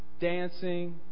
dancing